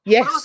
Yes